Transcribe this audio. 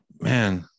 man